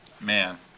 man